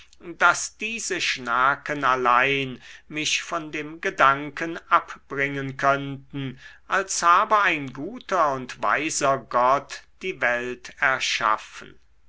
daß diese schnaken allein mich von dem gedanken abbringen könnten als habe ein guter und weiser gott die welt erschaffen